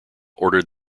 ordered